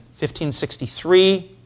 1563